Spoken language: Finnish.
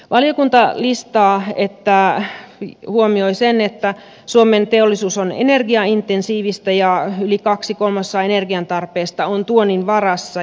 valiokunta huomioi sen että suomen teollisuus on energiaintensiivistä ja yli kaksi kolmasosaa energian tarpeesta on tuonnin varassa